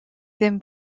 ddim